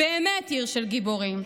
באמת עיר של גיבורים,